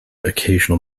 occasional